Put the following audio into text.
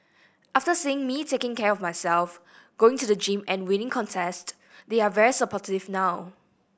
after seeing me taking care of myself going to the gym and winning contest they're very supportive now